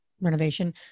renovation